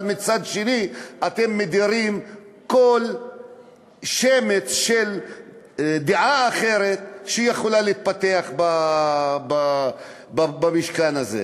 אבל מצד שני אתם מדירים כל שמץ של דעה אחרת שיכולה להתפתח במשכן הזה.